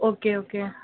okay okay